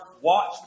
watch